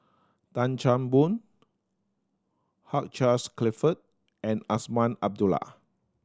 Tan Chan Boon Hugh Charles Clifford and Azman Abdullah